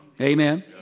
Amen